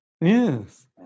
Yes